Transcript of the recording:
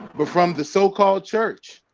but from the so-called church,